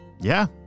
Yeah